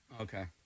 Okay